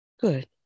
Good